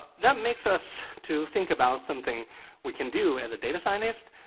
that makes us to think about something we can do as a data scientist,